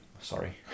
sorry